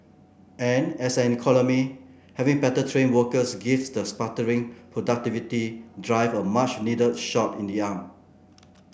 and as an economy having better trained workers gives the sputtering productivity drive a much needed shot in the arm